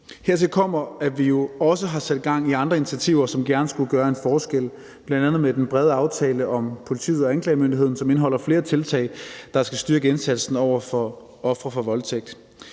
Hertil kommer, at vi også har sat gang i andre initiativer, som gerne skulle gøre en forskel, bl.a. med den brede aftale om politiet og anklagemyndigheden, som indeholder flere tiltag, der skal styrke indsatsen over for ofre for voldtægt.